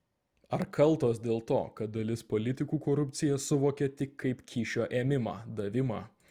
ar kaltos dėl to kad dalis politikų korupciją suvokia tik kaip kyšio ėmimą davimą